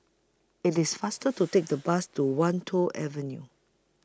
IT IS faster to Take The Bus to Wan Tho Avenue